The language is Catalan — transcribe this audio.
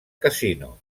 casino